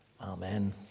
Amen